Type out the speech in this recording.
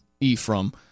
Ephraim